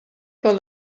con